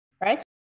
right